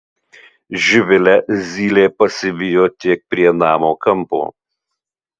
živilę zylė pasivijo tik prie namo kampo